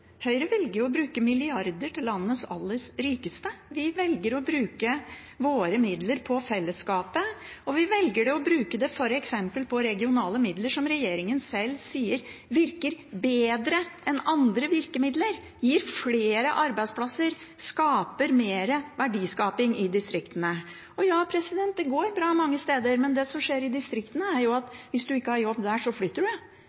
Høyre. Høyre velger å bruke milliarder til landets aller rikeste. Vi velger å bruke våre midler på fellesskapet. Vi velger å bruke dem f.eks. på regionale midler, som regjeringen sjøl sier virker bedre enn andre virkemidler, gir flere arbeidsplasser og mer verdiskaping i distriktene. Ja, det går bra mange steder. Men det som skjer i distriktene, er at hvis du